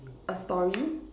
a story